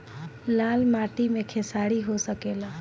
लाल माटी मे खेसारी हो सकेला?